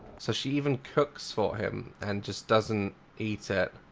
so she even cooks for him and just doesn't eat it